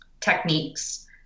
techniques